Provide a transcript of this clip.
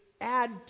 add